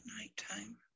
nighttime